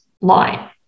line